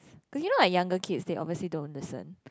but you know like younger kids they obviously don't listen